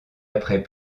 après